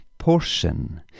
portion